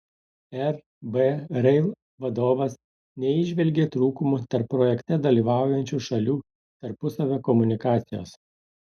rb rail vadovas neįžvelgė trūkumų tarp projekte dalyvaujančių šalių tarpusavio komunikacijos